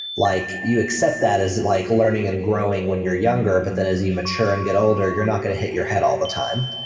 like you accept that as like learning and growing when you're younger, but then as you mature and get older, you're not going to hit your head all the time.